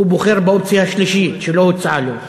הוא בוחר באופציה השלישית שלא הוצעה לו,